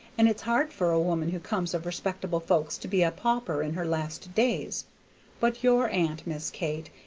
and it's hard for a woman who comes of respectable folks to be a pauper in her last days but your aunt, miss kate,